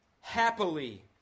happily